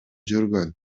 жүргөн